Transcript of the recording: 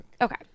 Okay